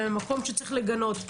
אלא ממקום שצריך לגנות.